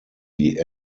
die